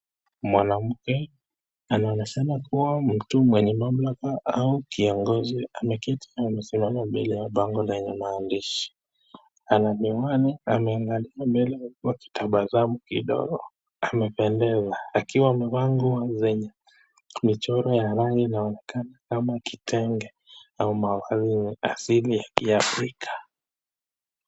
Mwanamke anaonekana kuwa mtu mwenye mamlaka au kiongozi, ameketi na amesimama mbele ya pango lenye maandishi, ana miwani, ameaangalia mbele huku akitabasamu kidogo, amependeza akiwa amevaa nguo zenye michoro ya rangi inaonekana kama kitenge au mavazi yenye asili ya kiafrika.